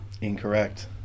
Incorrect